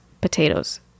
potatoes